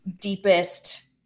deepest